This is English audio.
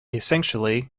essentially